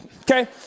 Okay